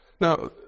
now